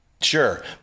Sure